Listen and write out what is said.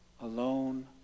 alone